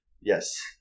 Yes